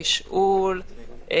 תשאול,